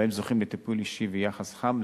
שבהן הם זוכים לטיפול אישי וליחס חם,